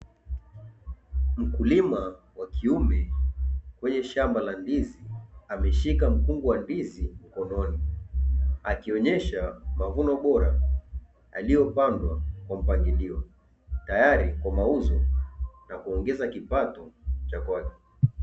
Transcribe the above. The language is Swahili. Mkulima wakiume kwenye shamba la ndizi ameshika mkungu wa ndizi mkononi. Akionyesha mavuno bora yaliyopandwa kwa mpangilio, tayari kwa mauzo na kuongeza kipato cha kwake.